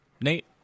Nate